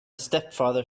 stepfather